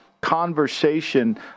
conversation